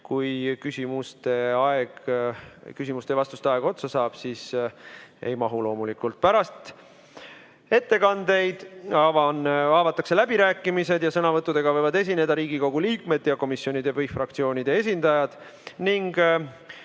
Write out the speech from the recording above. Kui küsimuste ja vastuste aeg otsa saab, siis seda ei jõua loomulikult. Pärast ettekandeid avatakse läbirääkimised ja sõnavõtudega võivad esineda Riigikogu liikmed ja komisjonide või fraktsioonide esindajad.